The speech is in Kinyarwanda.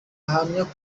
ahamya